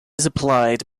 supplied